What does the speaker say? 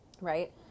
right